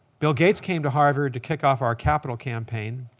bill gates came to harvard to kick off our capital campaign,